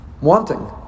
wanting